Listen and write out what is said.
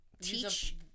teach